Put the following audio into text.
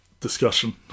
discussion